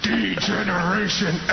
Degeneration